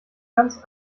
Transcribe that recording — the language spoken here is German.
ganz